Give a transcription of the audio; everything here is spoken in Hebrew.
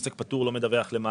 עוסק פטור לא מדווח למע"מ,